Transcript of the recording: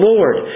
Lord